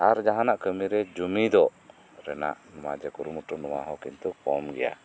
ᱟᱨ ᱡᱟᱦᱟᱸᱱᱟᱜ ᱠᱟᱹᱢᱤ ᱨᱮ ᱡᱩᱢᱤᱫᱚᱜ ᱨᱮᱱᱟᱜ ᱱᱚᱶᱟ ᱡᱮ ᱠᱩᱨᱩᱢᱩᱴᱩ ᱱᱚᱶᱟ ᱦᱚᱸ ᱠᱤᱱᱛᱩ ᱠᱚᱢ ᱜᱮᱭᱟ